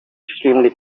extremely